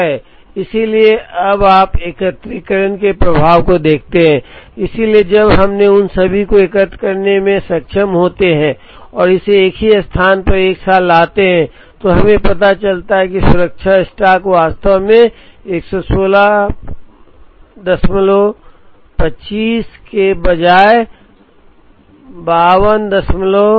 इसलिए अब आप एकत्रीकरण के प्रभाव को देखते हैं इसलिए जब हम उन सभी को एकत्र करने में सक्षम होते हैं और इसे एक ही स्थान पर एक साथ लाते हैं तो हमें पता चलता है कि सुरक्षा स्टॉक वास्तव में 11625 के बजाय 5201 है